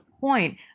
point